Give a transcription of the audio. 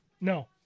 No